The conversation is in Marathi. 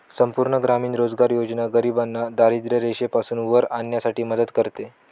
संपूर्ण ग्रामीण रोजगार योजना गरिबांना दारिद्ररेषेपासून वर आणण्यासाठी मदत करते